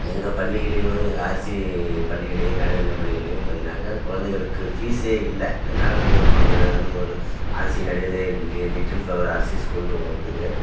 எங்கள் பள்ளியிலையும் எங்கள் ஆர்சி பள்ளியிலையும் நடுநிலை பள்ளிகள்லையும் பார்த்திங்கனாக்க கொழந்தைங்களுக்கு ஃபீஸே இல்லை இந்த மேலத்தூர் பங்குறேனு ஒரு ஆர்சி நடுநிலை லி லிட்டில் ஃப்ளவர் ஆர்சி ஸ்கூல்னு ஒன்று இருக்குது